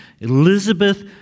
Elizabeth